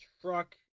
truck